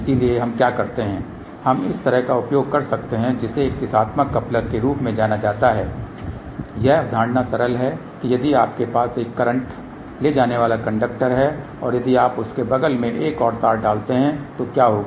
इसलिए हम क्या करते हैं हम इस तरह का उपयोग कर सकते हैं जिसे एक दिशात्मक कप्लर के रूप में जाना जाता है यह अवधारणा सरल है कि यदि आपके पास एक करंट ले जाने वाला कंडक्टर है और यदि आप उसके बगल में एक और तार डालते हैं तो क्या होगा